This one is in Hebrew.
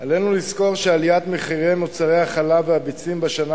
עלינו לזכור שעליית מחירי מוצרי החלב והביצים בשנה